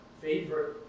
favorite